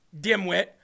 dimwit